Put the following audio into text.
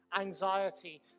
anxiety